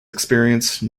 experience